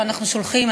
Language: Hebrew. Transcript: ואנחנו שולחים,